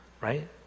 Right